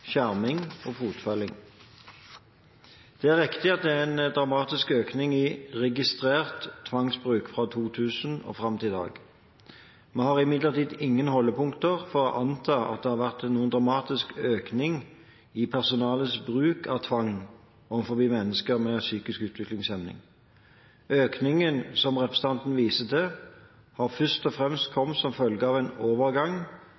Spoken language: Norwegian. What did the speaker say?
skjerming og fotfølging. Det er riktig at det er en dramatisk økning i registrert tvangsbruk fra 2000 og fram til i dag. Vi har imidlertid ingen holdepunkter for å anta at det har vært noen dramatisk økning i personalets bruk av tvang overfor mennesker med psykisk utviklingshemning. Økningen som representanten viser til, har først og fremst kommet som følge av en overgang